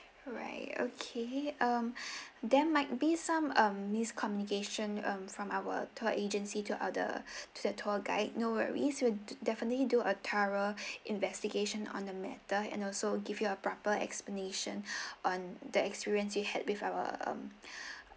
alright okay um there might be some um miscommunication um from our tour agency to other to the tour guide no worries we'll definitely do a thorough investigation on the matter and also give you a proper explanation on the experience you had with our um